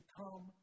come